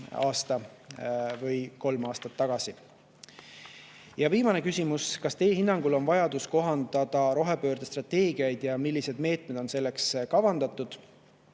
aasta või kolm aastat tagasi. Ja viimane küsimus: "Kas Teie hinnangul on vajadus kohandada rohepöörde strateegiaid ja millised meetmed on selleks kavandatud?"